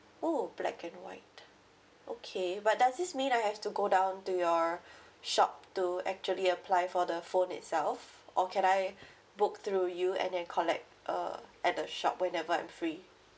oh black and white okay but does this mean I have to go down to your shop to actually apply for the phone itself or can I book through you and then collect uh at the shop whenever I'm free